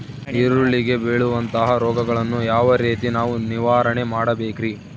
ಈರುಳ್ಳಿಗೆ ಬೇಳುವಂತಹ ರೋಗಗಳನ್ನು ಯಾವ ರೇತಿ ನಾವು ನಿವಾರಣೆ ಮಾಡಬೇಕ್ರಿ?